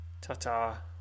Ta-ta